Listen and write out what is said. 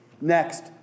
Next